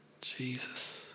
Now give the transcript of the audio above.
Jesus